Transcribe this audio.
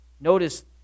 Notice